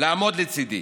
לעמוד לצידי.